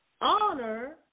honor